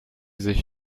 sich